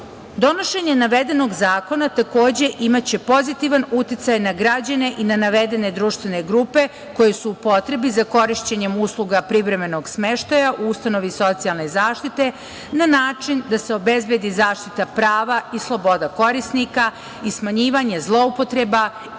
navedenog zakona, takođe, imaće pozitivan uticaj na građane i na navedene društvene grupe koji su u potrebi za korišćenjem usluga privremenog smeštaja u ustanovi socijalne zaštite na način da se obezbedi zaštita prava i sloboda korisnika i smanjivanje zloupotreba i efikasnosti